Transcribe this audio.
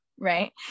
Right